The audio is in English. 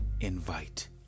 invite